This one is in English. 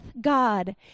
God